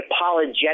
apologetic